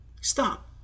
stop